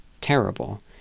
terrible